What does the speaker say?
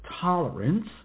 tolerance